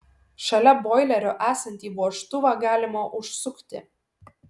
šalia boilerio esantį vožtuvą galima užsukti